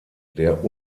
der